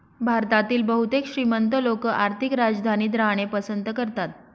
भारतातील बहुतेक श्रीमंत लोक आर्थिक राजधानीत राहणे पसंत करतात